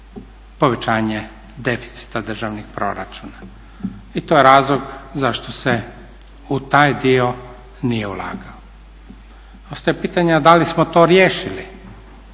povećanje deficita državnog proračuna. I to je razlog zašto se u taj dio nije ulagalo. Ostaje pitanje da li smo to riješili,